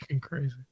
crazy